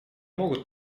могут